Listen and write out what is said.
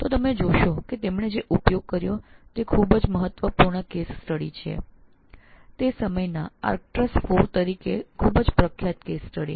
તો આપ જોશો તેમ તેઓએ ખુબ મહત્વપૂર્ણ કેસ સ્ટડી નો ઉપયોગ કર્યો તે સમયના આર્કટ્રસ IV તરીકે ખૂબ જ પ્રખ્યાત કેસ સ્ટડી